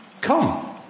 Come